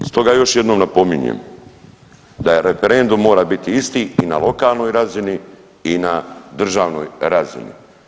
Stoga još jednom napominjem da referendum mora biti isti i na lokalnoj razini i na državnoj razini.